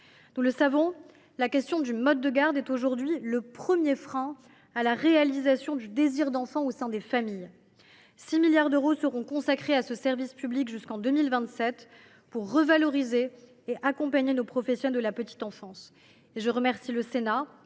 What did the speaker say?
Nous le savons, la question du mode de garde est aujourd’hui le premier frein à la réalisation du désir d’enfant au sein des familles. Quelque 6 milliards d’euros seront consacrés à ce service public jusqu’en 2027, pour revaloriser et accompagner nos professionnels de la petite enfance. À ce titre, je remercie le Sénat,